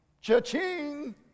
Cha-ching